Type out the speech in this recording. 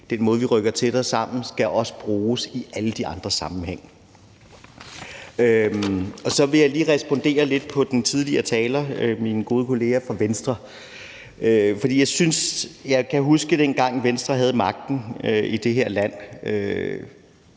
den måde, vi rykker tættere sammen på, også skal bruges i alle de andre sammenhænge. Så vil jeg lige respondere lidt på talen fra den tidligere taler, min gode kollega fra Venstre. For jeg kan huske, dengang Venstre havde magten i det her land